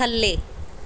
ਥੱਲ੍ਹੇ